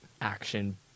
action